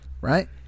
right